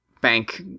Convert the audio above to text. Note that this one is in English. bank